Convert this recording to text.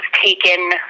taken